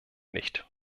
nicht